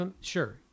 Sure